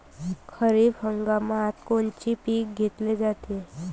खरिप हंगामात कोनचे पिकं घेतले जाते?